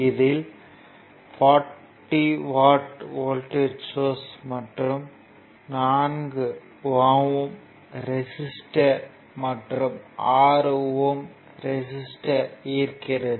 இதில் 40 V voltage source மற்றும் 4 ohm resistor மற்றும் 6 ஓம் ரெசிஸ்டர் இருக்கிறது